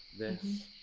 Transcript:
this,